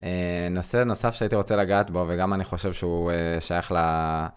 נושא נוסף שהייתי רוצה לגעת בו, וגם אני חושב שהוא שייך ל...